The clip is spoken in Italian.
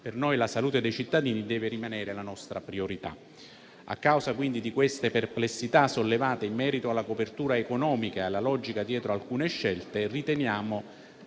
Per noi la salute dei cittadini deve rimanere la priorità. A causa di queste perplessità in merito alla copertura economica e alla logica dietro ad alcune scelte - riteniamo